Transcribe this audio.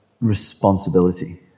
responsibility